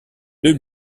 deux